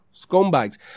Scumbags